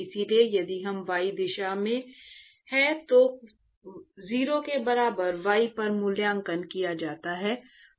इसलिए यदि यह y दिशा है तो 0 के बराबर y पर मूल्यांकन किया जाता है